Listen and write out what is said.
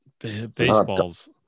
Baseball's